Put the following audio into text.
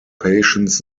patients